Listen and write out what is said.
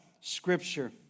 scripture